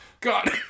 God